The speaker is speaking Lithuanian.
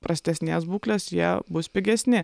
prastesnės būklės jie bus pigesni